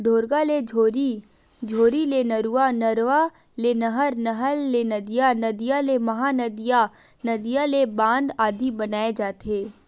ढोरगा ले झोरी, झोरी ले नरूवा, नरवा ले नहर, नहर ले नदिया, नदिया ले महा नदिया, नदिया ले बांध आदि बनाय जाथे